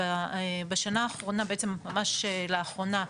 ממש לאחרונה,